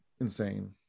insane